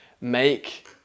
make